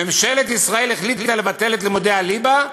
ממשלת ישראל החליטה לבטל את לימודי הליבה.